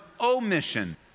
omission